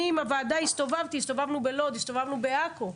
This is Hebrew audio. אני הסתובבתי עם הוועדה בלוד ובעכו.